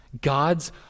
God's